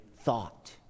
thought